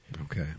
Okay